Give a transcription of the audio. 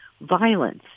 violence